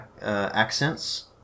accents